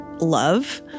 love